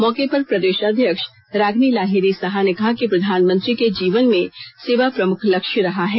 मौके पर प्रदेश अध्यक्ष रागिनी लाहेरी साहा ने कहा कि प्रधानमंत्री का जीवन में सेवा प्रमुख लक्ष्य रहा है